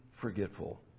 forgetful